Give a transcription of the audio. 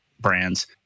brands